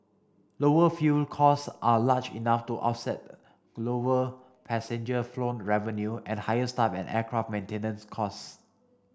lower fuel costs are large enough to offset lower passenger flown revenue and higher staff and aircraft maintenance costs